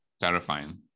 Terrifying